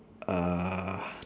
uh